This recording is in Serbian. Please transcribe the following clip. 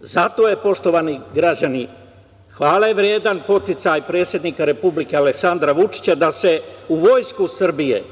Zato je, poštovani građani, hvale vredan poticaj predsednika Republike Aleksandra Vučića da se u Vojsku Srbije